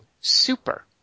super